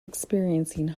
experiencing